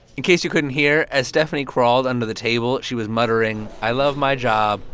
in case you couldn't hear, as stephani crawled under the table, she was muttering, i love my job,